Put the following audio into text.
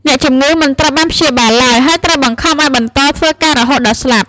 អ្នកជំងឺមិនត្រូវបានព្យាបាលឡើយ ហើយត្រូវបង្ខំឱ្យបន្តធ្វើការរហូតដល់ស្លាប់។